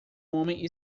homem